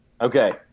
Okay